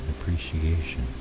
appreciation